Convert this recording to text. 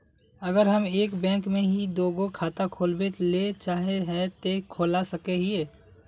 अगर हम एक बैंक में ही दुगो खाता खोलबे ले चाहे है ते खोला सके हिये?